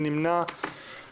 אני מבין שזה בהסכמה גם כן.